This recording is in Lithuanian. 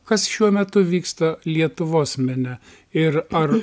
kas šiuo metu vyksta lietuvos mene ir ar